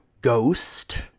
ghost